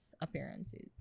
appearances